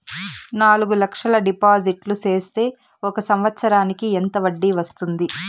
నాలుగు లక్షల డిపాజిట్లు సేస్తే ఒక సంవత్సరానికి ఎంత వడ్డీ వస్తుంది?